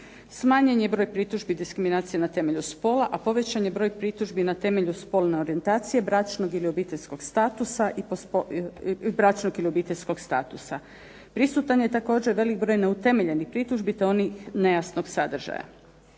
Smanjen je broj pritužbi diskriminacije na temelju spola, a povećan je broj pritužbi na temelju spolne orijentacije, bračnog ili obiteljskog statusa. Prisutan je također velik broj neutemeljenih pritužbi, te onih nejasnog sadržaja.